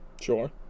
Sure